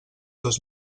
dos